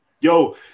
Yo